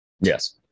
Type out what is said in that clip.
Yes